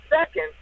second